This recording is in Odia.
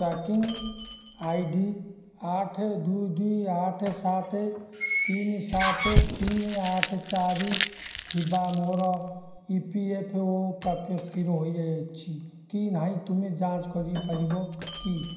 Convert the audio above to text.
ଟ୍ରାକିଂ ଆଇ ଡ଼ି ଆଠ ଦୁଇ ଦୁଇ ଆଠ ସାତ ତିନି ସାତ ତିନି ଆଠ ଚାରି ଥିବା ମୋର ଇ ପି ଏଫ୍ ଓ ପ୍ରାପ୍ୟ ସ୍ଥିର ହୋଇଯାଇଛି କି ନାହିଁ ତୁମେ ଯାଞ୍ଚ କରିପାରିବ କି